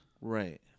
Right